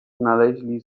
znaleźli